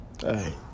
hey